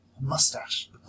mustache